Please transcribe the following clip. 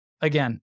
Again